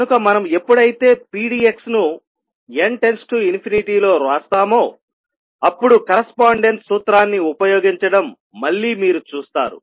కనుక మనం ఎప్పుడైతే pdx ను n→ ∞లో వ్రాస్తామో అప్పుడు కరస్పాండెన్స్ సూత్రాన్ని ఉపయోగించడం మళ్ళీ మీరు చూస్తారు